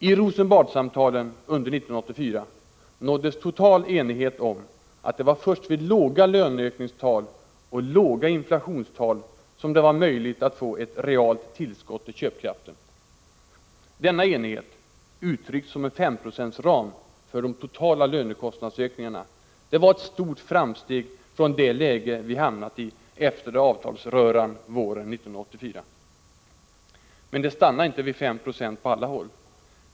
I Rosenbadsamtalen under 1984 nåddes total enighet om att det var först vid låga löneökningstal och låga inflationstal som det var möjligt att få ett realt tillskott till köpkraften. Denna enighet, uttryckt som en femprocentsram för de totala lönekostnadsökningarna, var ett stort framsteg från det läge vi hamnat i efter avtalsröran våren 1984. Men det stannade inte vid 5 90 på alla håll.